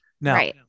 Now